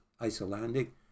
Icelandic